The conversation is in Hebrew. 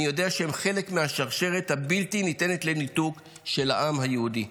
אני יודע שהם חלק מהשרשרת הבלתי-ניתנת לניתוק של העם היהודי.